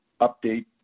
update